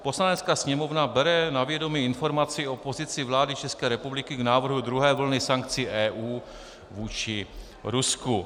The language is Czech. Poslanecká sněmovna bere na vědomí informaci o pozici vlády České republiky k návrhu druhé vlny sankcí EU vůči Rusku.